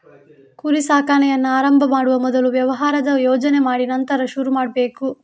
ಕುರಿ ಸಾಕಾಣೆಯನ್ನ ಆರಂಭ ಮಾಡುವ ಮೊದಲು ವ್ಯವಹಾರದ ಯೋಜನೆ ಮಾಡಿ ನಂತರ ಶುರು ಮಾಡ್ಬೇಕು